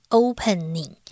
opening